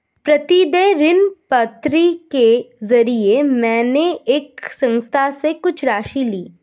प्रतिदेय ऋणपत्रों के जरिये मैंने एक संस्था से कुछ राशि ली